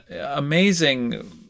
amazing